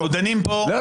אנחנו דנים פה --- לא.